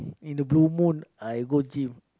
in the blue moon I go gym